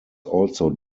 also